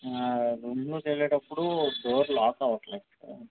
room లోకి వెళ్ళేటప్పుడు door lock అవ్వటం లేదు సార్